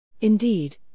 Indeed